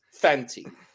Fenty